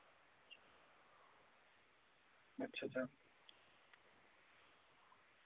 अच्छा अच्छा